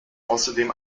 außerdem